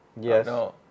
Yes